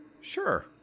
sure